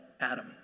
Adam